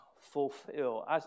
fulfill